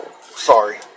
Sorry